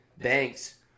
thanks